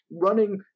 running